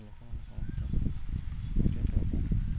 ଲୋକମାନଙ୍କ